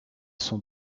son